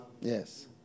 Yes